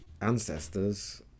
ancestors